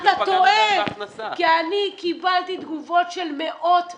אתה טועה, כי אני קיבלתי תגובות של מאות נשים.